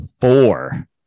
four